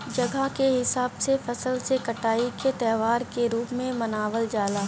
जगह के हिसाब से फसल के कटाई के त्यौहार के रूप में मनावल जला